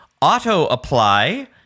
Auto-apply